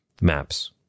maps